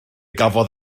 gafodd